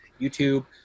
YouTube